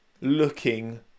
looking